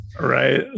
Right